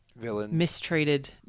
mistreated